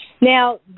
Now